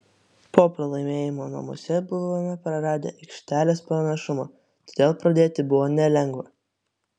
po pralaimėjimo namuose buvome praradę aikštelės pranašumą todėl pradėti buvo nelengva